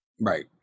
Right